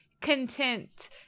content